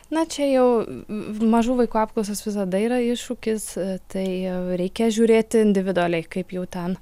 na čia jau mažų vaikų apklausos visada yra iššūkis tai reikia žiūrėti individualiai kaip jau ten